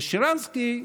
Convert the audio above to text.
ושרנסקי,